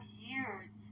years